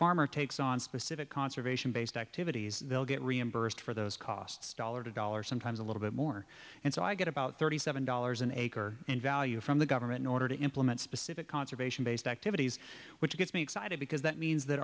farmer takes on specific conservation based activities they'll get reimbursed for those costs dollar to dollar sometimes a little bit more and so i get about thirty seven dollars an acre in value from the government in order to implement specific conservation based activities which gets me excited because that means that